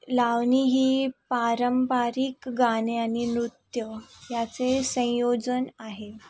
लावणी ही पारंपरिक गाणे आणि नृत्य याचे संयोजन आहे